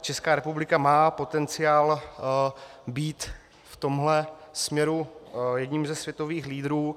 Česká republika má potenciál být v tomhle směru jedním ze světových lídrů.